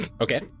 Okay